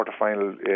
quarterfinal